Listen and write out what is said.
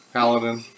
Paladin